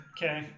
Okay